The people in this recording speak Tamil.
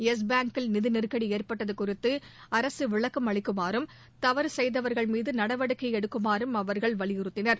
யெஸ் பாங்கில் நிதி நெருக்கடி ஏற்பட்டது குறித்து அரசு விளக்கம் அளிக்குமாறும் தவறு செய்தவர்கள் மீது நடவடிக்கை எடுக்குமாறும் அவர்கள் வலியுறுத்தினர்